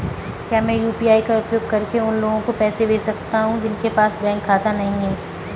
क्या मैं यू.पी.आई का उपयोग करके उन लोगों को पैसे भेज सकता हूँ जिनके पास बैंक खाता नहीं है?